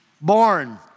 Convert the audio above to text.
born